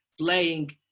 playing